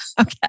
Okay